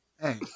hey